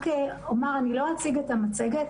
אני לא אציג את המצגת,